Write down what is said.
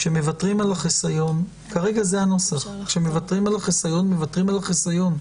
כשמוותרים על החיסיון, מוותרים על החיסיון.